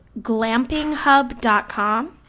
glampinghub.com